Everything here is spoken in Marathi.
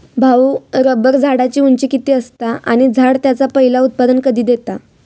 भाऊ, रबर झाडाची उंची किती असता? आणि झाड त्याचा पयला उत्पादन कधी देता?